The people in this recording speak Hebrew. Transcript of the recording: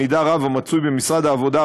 מידע רב המצוי במשרד העבודה,